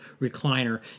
recliner